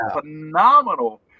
phenomenal